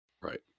Right